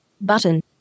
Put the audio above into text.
Button